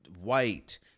White